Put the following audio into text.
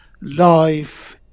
life